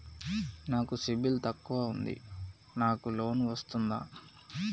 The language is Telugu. నాకు సిబిల్ తక్కువ ఉంది నాకు లోన్ వస్తుందా?